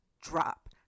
drop